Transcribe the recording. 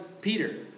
Peter